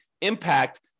impact